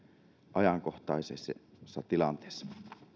ajankohtaisessa tilanteessa